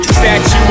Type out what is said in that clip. Statue